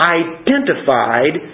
identified